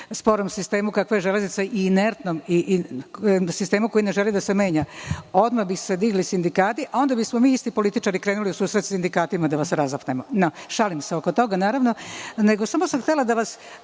sporom sistemu kakva je železnica, inertnom i sistemu koji ne želi da se menja. Odmah bi se digli sindikati, a onda bi smo mi političari krenuli u susret sindikatima da vas razapnemo. Naravno, šalim se oko toga. Htela sam da vas